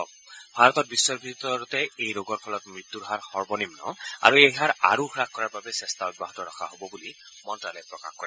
আনহাতে ভাৰত বিশ্বৰ ভিতৰতে এই ৰোগৰ ফলত মৃত্যুৰ হাৰ সৰ্বনিম্ন আৰু এই হাৰ আৰু হ্ৰাস কৰাৰ বাবে চেষ্টা অব্যাহত ৰখা হ'ব বুলি মন্ত্ৰালয়ে প্ৰকাশ কৰে